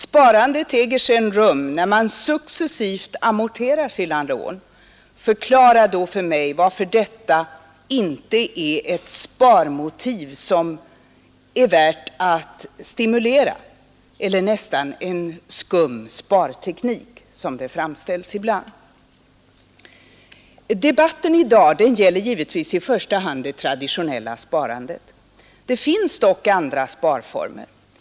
Sparandet äger sedan rum när man successivt amorterar sina lån. Förklara då för mig varför detta inte är ett sparmotiv som är värt att stimulera — eller, som den ibland framställs, en nästan skum sparteknik. Debatten i dag gäller givetvis i första hand det traditionella sparandet. Det finns dock andra sparformer.